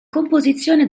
composizione